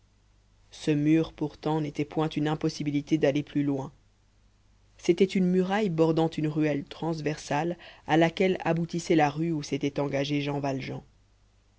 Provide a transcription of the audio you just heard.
ce mur pourtant n'était point une impossibilité d'aller plus loin c'était une muraille bordant une ruelle transversale à laquelle aboutissait la rue où s'était engagé jean valjean